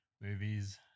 movies